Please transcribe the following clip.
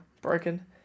broken